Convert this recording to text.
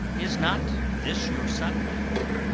is not this your son, my lord?